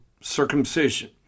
circumcision